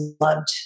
loved